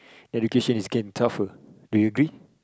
education is getting tougher do you agree